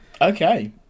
Okay